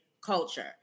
culture